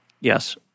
Yes